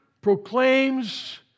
proclaims